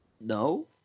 no